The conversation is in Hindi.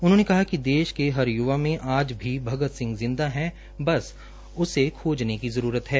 उन्होंने कहा कि देश के हर य्वा मे आज भी भगत सिंह जिंदा है उसे खोजने की जरूरत है